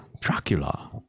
dracula